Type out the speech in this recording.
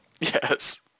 Yes